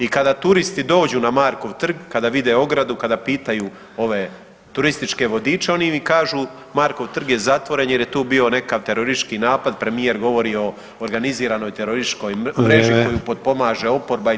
I kada turisti dođu na Markov trg, kada vide ogradu, kada pitaju ove turističke vodiče oni im kažu Markov trg je zatvoren jer je tu bio nekakav teroristički napad, premijer govori o organiziranoj terorističkoj mreži [[Upadica: Vrijeme.]] koju potpomaže oporba itd.